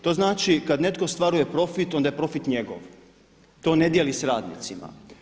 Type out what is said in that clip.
To znači kada netko ostvaruje profit onda je profit njegov, to ne dijeli s radnicima.